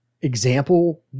example